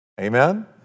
Amen